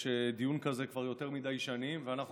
יש דיון כזה כבר יותר מדי שנים, ואנחנו